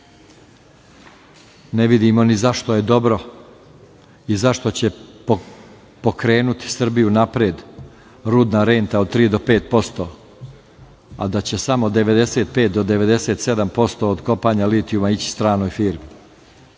Ne vidimo ni zašto je dobro i zašto će pokrenuti Srbiju napred rudna renta od 3% do 5%, a da će samo 95-97% od kopanja litijuma ići stranoj